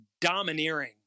domineering